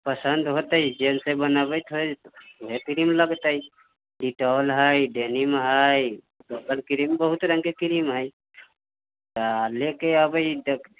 पसन्द होतै जौनसँ बनबैत हइ उएह क्रीम लगतै डिटोल हइ डेनिम हइ ओसभ क्रीम बहुत रङ्गके क्रीम हइ तऽ लऽ कऽ अयबै तऽ